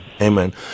amen